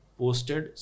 posted